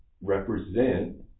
represent